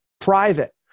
private